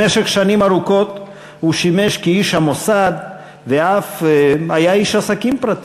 במשך שנים ארוכות הוא שימש איש המוסד ואף היה איש עסקים פרטי,